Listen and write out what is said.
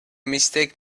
mistake